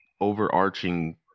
overarching